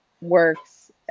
works